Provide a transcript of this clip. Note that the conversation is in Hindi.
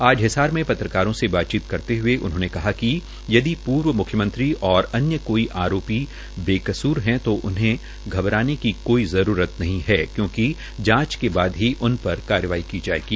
आज हिसार में पत्रकारों से बातचीत करते हुए उन्होंने कहा कि यदि पूर्व म्ख्यमंत्री और अन्य कोई आरोपी बेकसूर है तो उन्हें घबराने की कोई जरूरत नहीं है क्योंकि जांच के बाद ही उन पर कार्यवाही की जायेगी